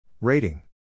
Rating